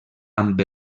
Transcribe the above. amb